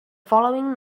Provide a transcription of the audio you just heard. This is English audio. following